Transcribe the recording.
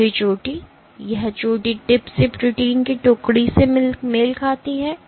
आखिरी चोटी यह चोटी टिप से प्रोटीन की टुकड़ी से मेल खाती है